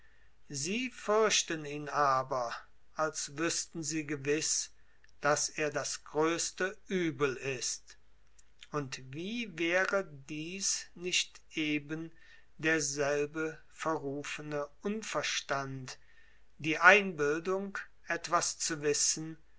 sie fürchten ihn aber als wüßten sie gewiß daß er das größte übel ist und wie wäre dies nicht eben derselbe verrufene unverstand die einbildung etwas zu wissen